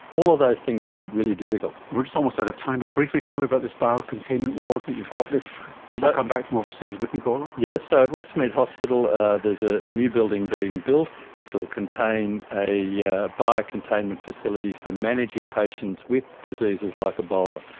all of those things make it really difficult. we're almost out sort of time, but briefly tell me about this bio-containment ward that you've got if people come back from overseas with ebola. yes, so at westmead hospital there's ah a new building being built which will contain a yeah bio-containment facility for managing patients with diseases like ebola.